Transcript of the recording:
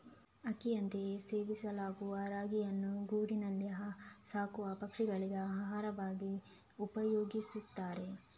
ಅಕ್ಕಿಯಂತೆಯೇ ಸೇವಿಸಲಾಗುವ ರಾಗಿಯನ್ನ ಗೂಡಿನಲ್ಲಿ ಸಾಕುವ ಪಕ್ಷಿಗಳಿಗೆ ಆಹಾರವಾಗಿ ಉಪಯೋಗಿಸ್ತಾರೆ